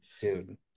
dude